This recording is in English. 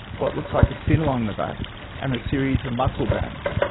what looks like a fin along the back and a series of muscle bands.